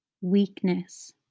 weakness